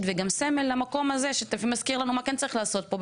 גם סמל למקום הזה שמזכיר לנו מה כן צריך לעשות פה,